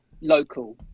local